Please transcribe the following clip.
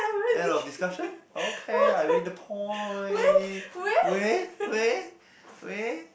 end of discussion okay I win the point wait wait wait